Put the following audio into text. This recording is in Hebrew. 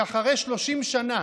שאחרי 30 שנה